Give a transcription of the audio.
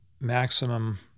maximum